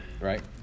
right